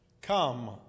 Come